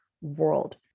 world